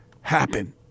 happen